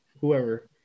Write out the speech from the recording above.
whoever